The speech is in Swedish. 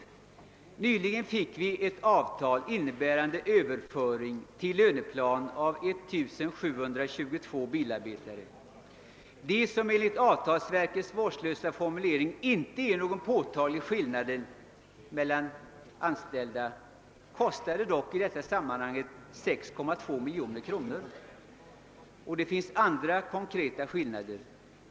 Det har nyligen träffats ett avtal innebärande överföring till löneplansanställning av 1722 bilarbetare. Vad som enligt avtalsverkets vårdslösa formulering inte innebar någon påtaglig skillnad mellan olika anställda kostade dock i detta sammanhang 6,2 miljoner kronor. Det finns också andra konkreta skillnader.